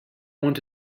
want